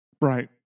Right